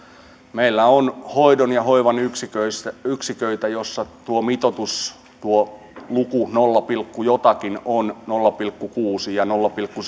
meillä on hoidon ja hoivan yksiköitä joissa tuo mitoitus tuo luku nolla pilkku jotakin on nolla pilkku kuusi tai nolla pilkku